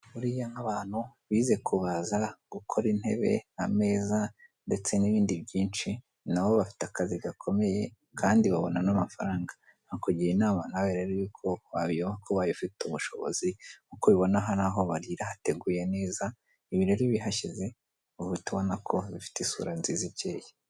Buriya nk'abantu bize kubaza gukora intebe ameza ,ndetse n'ibindi byinshi nabo bafite akazi gakomeye kandi babona n'amafaranga, nkugira inama nawe yuko wayoka ufite ubushobozi nk'uko ubibona aha n'aho barira hateguye neza ibirori bihashize uhita ubona ko bifite isura nziza ikeye.